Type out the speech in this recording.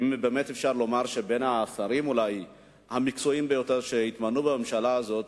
אפשר לומר שאולי אתה בין השרים המקצועיים ביותר שהתמנו בממשלה הזאת,